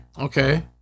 Okay